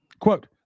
Quote